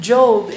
Job